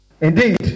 Indeed